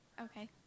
Okay